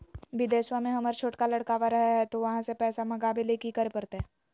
बिदेशवा में हमर छोटका लडकवा रहे हय तो वहाँ से पैसा मगाबे ले कि करे परते हमरा?